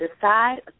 decide